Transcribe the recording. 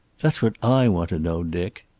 that's what i want to know, dick.